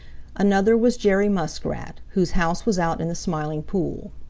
another was jerry muskrat, whose house was out in the smiling pool.